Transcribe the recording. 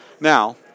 Now